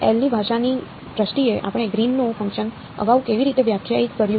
L ની ભાષાની દ્રષ્ટિએ આપણે ગ્રીન નું ફંકશન અગાઉ કેવી રીતે વ્યાખ્યાયિત કર્યું